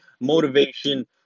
motivation